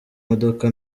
modoka